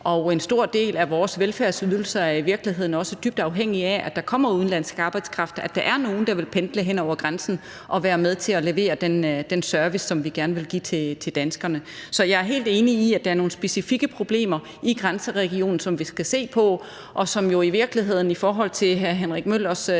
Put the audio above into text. dag. En stor del af vores velfærdsydelser er i virkeligheden også dybt afhængige af, at der kommer udenlandsk arbejdskraft, at der er nogle, der vil pendle hen over grænsen og være med til at levere den service, som vi gerne vil give til danskerne. Så jeg er helt enig i, at der er nogle specifikke problemer i grænseregionen, som vi skal se på, og som jo i virkeligheden, jævnfør hr. Henrik Møllers